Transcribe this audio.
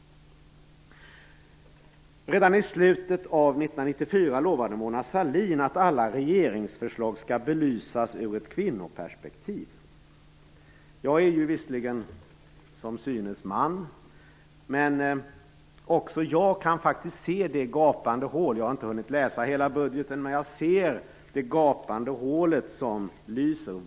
Redan i slutet av 1994 lovade Mona Sahlin att alla regeringsförslag skall belysas ur ett kvinnoperspektiv. Jag är ju visserligen som synes man, men också jag kan faktiskt se det gapande hålet. Jag har inte hunnit läsa hela budgeten, men jag ser det gapande hålet som lyser.